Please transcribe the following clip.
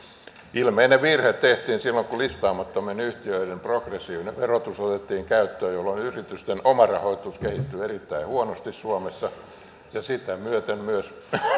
ilmeinen virhe tehtiin silloin kun listaamattomien yhtiöiden progressiivinen verotus otettiin käyttöön jolloin yritysten omarahoitus kehittyi erittäin huonosti suomessa sitä myöten myös